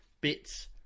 bits